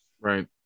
Right